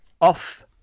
Off